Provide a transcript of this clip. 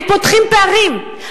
הם פותחים פערים.